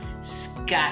scott